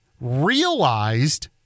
realized